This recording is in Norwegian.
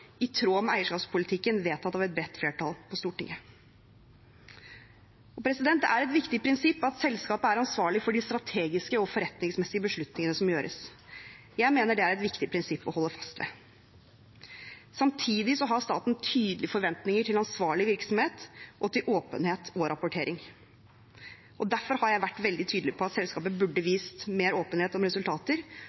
i tråd med eierskapspolitikken som er vedtatt av et bredt flertall på Stortinget. Det er et viktig prinsipp at selskapet er ansvarlig for de strategiske og forretningsmessige beslutningene som gjøres. Jeg mener det er et viktig prinsipp å holde fast ved. Samtidig har staten tydelige forventninger til ansvarlig virksomhet, åpenhet og rapportering. Derfor har jeg vært veldig tydelig på at selskapet burde ha vist mer åpenhet om resultater